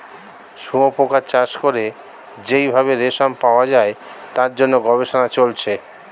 শুয়োপোকা চাষ করে যেই ভাবে রেশম পাওয়া যায় তার জন্য গবেষণা চলছে